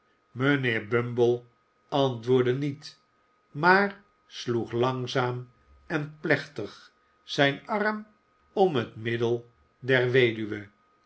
mijnheer bumble antwoordde niet maar sloeg langzaam en plechtig zijn arm om het middel der weduwe